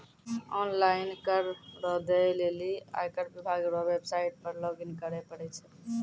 online कर रो दै लेली आयकर विभाग रो वेवसाईट पर लॉगइन करै परै छै